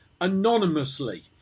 anonymously